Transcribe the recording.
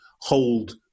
hold